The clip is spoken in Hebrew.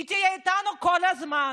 הוא יהיה איתנו כל הזמן